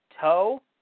Toe